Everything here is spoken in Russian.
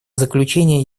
заключение